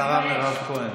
השרה מירב כהן.